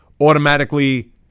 automatically